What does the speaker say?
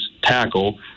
tackle